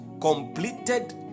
completed